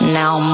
now